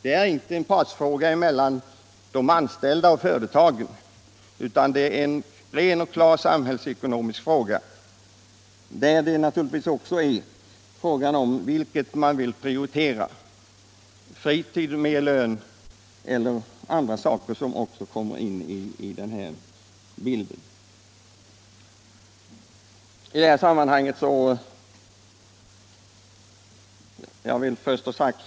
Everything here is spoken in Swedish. Det är inte någon partsfråga mellan företagen och de anställda, utan det är en ren och klar samhällsekonomisk fråga, där man naturligtvis också får ta hänsyn till vad det är människorna vill prioritera: fritid, högre lön eller något annat.